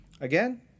Again